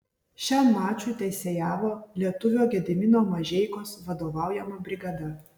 šiam mačui teisėjavo lietuvio gedimino mažeikos vadovaujama brigada